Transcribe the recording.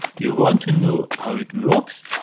you want to know how it works?